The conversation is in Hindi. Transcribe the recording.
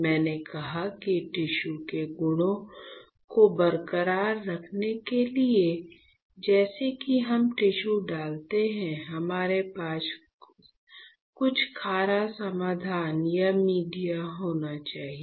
मैंने कहा कि टिश्यू के गुणों को बरकरार रखने के लिए जैसे ही हम टिश्यू डालते हैं हमारे पास कुछ खारा समाधान या मीडिया होना चाहिए